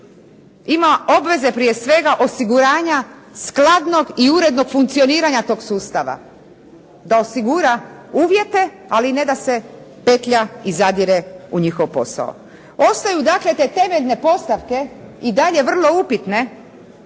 Ima obveze prije svega osiguranja skladnog i urednog funkcioniranja tog sustava. Da osigura uvjete, ali i ne da se petlja i zadire u njihov posao. Ostaje dakle te temeljne postavke i dalje vrlo upitne